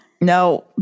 No